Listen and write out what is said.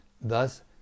Thus